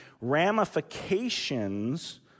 ramifications